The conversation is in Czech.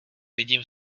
vidím